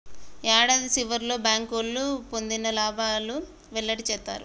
యాడాది సివర్లో బ్యాంకోళ్లు పొందిన లాబాలు వెల్లడి సేత్తారు